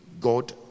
God